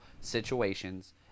situations